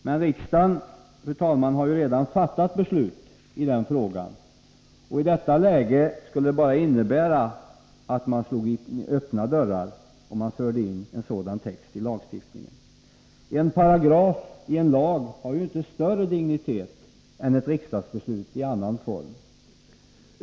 Men riksdagen har ju redan fattat beslut i den frågan, och i detta läge skulle ett införande av en sådan text i lagstiftningen bara innebära att man slog in öppna dörrar. En paragraf i en lag har ju inte större dignitet än ett riksdagsbeslut i annan form.